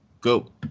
go